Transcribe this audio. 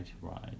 right